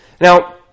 Now